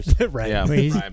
Right